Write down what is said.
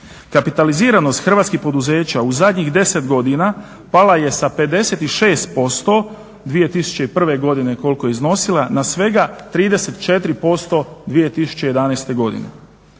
Kapitaliziranost hrvatskih poduzeća u zadnjih 10 godina pala je sa 56% 2001. koliko je iznosila na svega 34% 2011. godine.